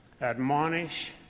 admonish